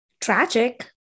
tragic